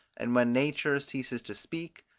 and when nature ceases to speak,